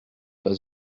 pas